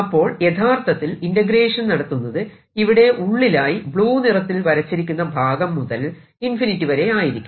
അപ്പോൾ യഥാർത്ഥത്തിൽ ഇന്റഗ്രേഷൻ നടത്തുന്നത് ഇവിടെ ഉള്ളിലായി ബ്ലൂ നിറത്തിൽ വരച്ചിരിക്കുന്ന ഭാഗം മുതൽ ഇൻഫിനിറ്റി വരെയായിരിക്കണം